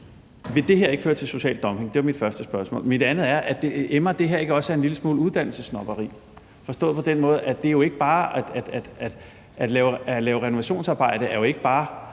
Vil det her ikke føre til social dumping? Det er mit første spørgsmål. Mit andet spørgsmål er: Emmer det her ikke også en lille smule af uddannelsessnobberi, forstået på den måde, at renovationsarbejde jo ikke bare